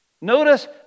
Notice